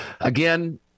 Again